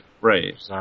Right